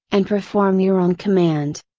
and perform your own command.